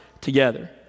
together